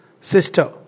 sister